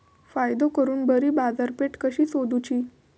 फायदो करून बरी बाजारपेठ कशी सोदुची?